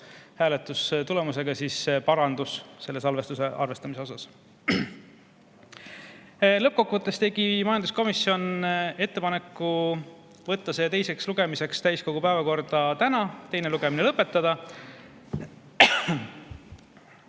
hääletustulemusega sisse parandus, mis puudutas salvestuse arvestamist. Lõppkokkuvõttes tegi majanduskomisjon ettepaneku võtta eelnõu teiseks lugemiseks täiskogu päevakorda täna ja teine lugemine lõpetada.